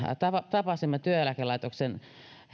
tapasimme työeläkelaitoksen